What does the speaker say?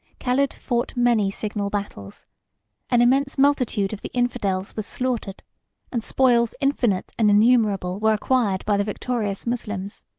caled fought many signal battles an immense multitude of the infidels was slaughtered and spoils infinite and innumerable were acquired by the victorious moslems.